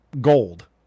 gold